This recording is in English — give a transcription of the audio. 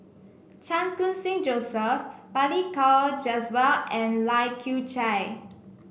Chan Khun Sing Joseph Balli Kaur Jaswal and Lai Kew Chai